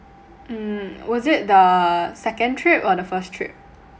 mm was it the second trip or the first trip